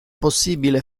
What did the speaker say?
possibile